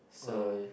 so